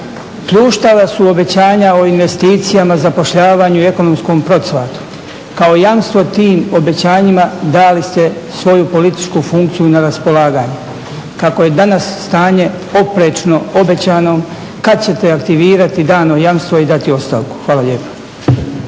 Pljuštala su obećanja o investicijama, zapošljavanju i ekonomskom procvatu. Kao jamstvo tim obećanjima dali ste svoju političku funkciju na raspolaganje, kako je danas oprečno obećanom kada ćete aktivirati dano jamstvo i dati ostavku? Hvala lijepa.